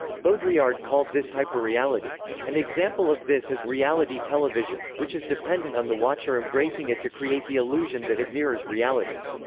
baudrillard called this hyperreality. an example of this is reality television, which is dependent on the watcher embracing it to create the illusion that it mirrors reality.